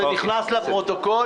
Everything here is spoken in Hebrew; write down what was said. זה נכנס לפרוטוקול.